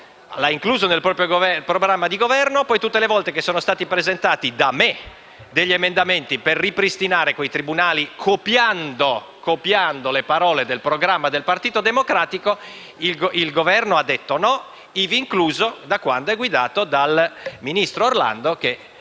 tribunali, nel proprio programma di Governo. Ma tutte le volte che sono stati da me presentati degli emendamenti per ripristinare quei tribunali, copiando le parole del programma del Partito Democratico, il Governo ha detto di no, ivi incluso da quando è guidato dal ministro Orlando,